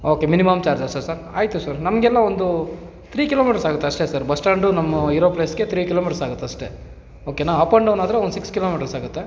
okay minimum ಚಾರ್ಜಸ್ಸಾ sir ಆಯಿತು sir ನಮಗೆಲ್ಲ ಒಂದು ತ್ರೀ ಕಿಲೋಮೀಟರ್ಸ್ ಆಗತ್ತೆ ಅಷ್ಟೇ ಸರ್ ಬಸ್ ಸ್ಟ್ಯಾಂಡು ನಮ್ಮ ಇರೋ ಪ್ಲೇಸ್ಗೆ ತ್ರೀ ಕಿಲೋಮೀಟರ್ಸ್ ಆಗತ್ತೆ ಅಷ್ಟೇ ಓಕೆನ ಅಪ್ ಆ್ಯಂಡ್ ಡೌನ್ ಆದರೆ ಒಂದು ಸಿಕ್ಸ್ ಕಿಲೋಮೀಟರ್ಸ್ ಆಗುತ್ತೆ